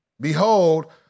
Behold